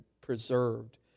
preserved